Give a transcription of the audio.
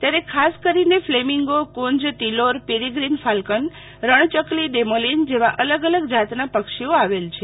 ત્યારે ખાસ કરીને ફલેમિંગોકુંજટિલોરપેરેગ્રિન ફાલકનરણ યકલી ડેમોલિન જેવા અલગ અલગ જાતના પક્ષીઓ આવેલ છે